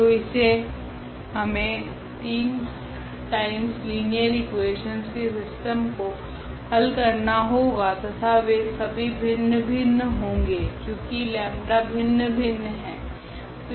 तो हमे 3 times linear equations के सिस्टम को हल करना होगा तथा वे सभी भिन्न भिन्न होगे क्योकि लेम्डा 𝜆 भिन्न भिन्न है